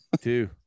two